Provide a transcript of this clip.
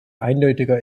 eindeutiger